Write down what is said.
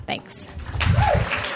Thanks